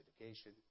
education